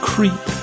Creep